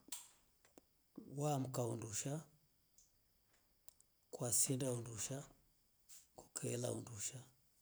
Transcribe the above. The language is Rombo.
Waanka undusha kwasinda undusha kukaelaundusha.